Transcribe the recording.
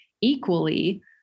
equally